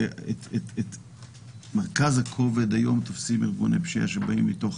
ואת מרכז הכובד היום תופסים ארגוני פשיעה שבאים מתוך